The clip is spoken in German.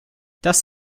das